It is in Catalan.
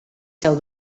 seu